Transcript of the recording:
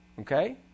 Okay